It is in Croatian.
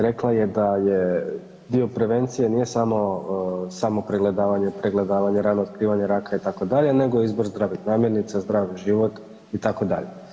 Rekla je da dio prevencije nije samopregledavanje, pregledavanje, rano otkrivanje raka itd., nego izbor zdravih namirnica, zdrav život itd.